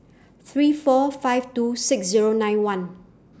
three four five two six Zero nine one